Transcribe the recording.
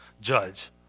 judge